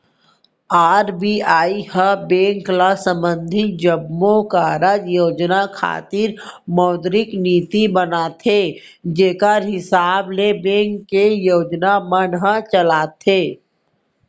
RBI ह bank ल संबंधित जम्मो कारज योजना खातिर मौद्रिक नीति बनाथे जेखर हिसाब ले बेंक के योजना मन ह चलथे